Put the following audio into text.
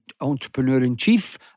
entrepreneur-in-chief